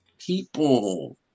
people